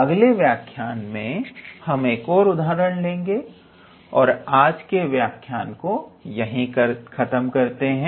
अगले व्याख्यायन में हम एक और उदाहरण लेंगे और हम आज का व्याख्यायन यहीं खत्म करते हैं